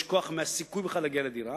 לשמחתי הרבה,